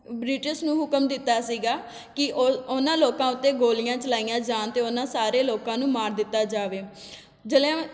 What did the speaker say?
British ਨੂੰ ਹੁਕਮ ਦਿੱਤਾ ਸੀਗਾ ਕਿ ਉਹ ਉਹਨਾਂ ਲੋਕਾਂ ਉੱਤੇ ਗੋਲੀਆਂ ਚਲਾਈਆਂ ਜਾਣ ਅਤੇ ਉਹਨਾਂ ਸਾਰੇ ਲੋਕਾਂ ਨੂੰ ਮਾਰ ਦਿੱਤਾ ਜਾਵੇ ਜਲਿਆਂ